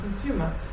consumers